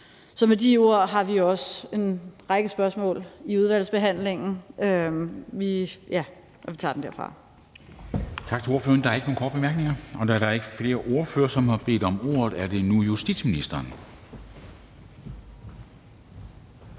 vil jeg sige, at vi også har en række spørgsmål i udvalgsbehandlingen, og at vi tager den derfra.